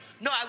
no